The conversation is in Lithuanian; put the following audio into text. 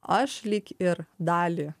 aš lyg ir dalį